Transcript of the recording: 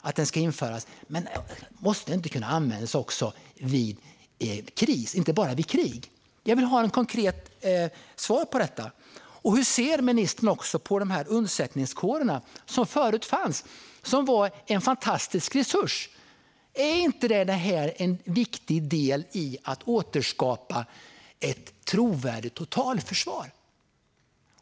Är det inte rimligt att beredskapspolisen kan användas också vid kris och inte bara vid krig? Jag vill ha ett konkret svar på detta. Och hur ser ministern på undsättningskårerna som fanns förut? De var en fantastisk resurs. Är de inte en viktig del i att återskapa ett trovärdigt totalförsvar?